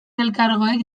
elkargoek